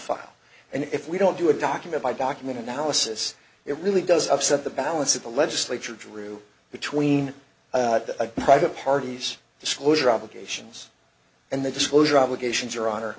file and if we don't do a document by document analysis it really does upset the balance that the legislature drew between a private parties disclosure obligations and the disclosure obligations